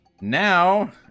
Now